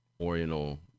Oriental